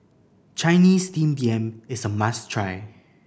Chinese Steamed Yam is a must try